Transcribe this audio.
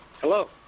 Hello